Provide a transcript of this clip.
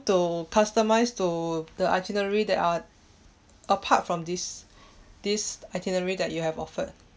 to customise to the itinerary that are apart from this this itinerary that you have offered